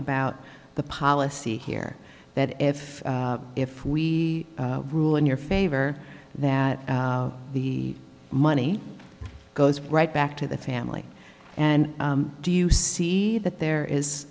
about the policy here that if if we rule in your favor that the money goes right back to the family and do you see that there is